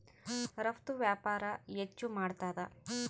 ರಫ್ತು ವ್ಯಾಪಾರ ಹೆಚ್ಚು ಮಾಡ್ತಾದ